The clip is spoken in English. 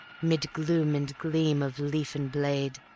mid gloom and gleam of leaf and blade,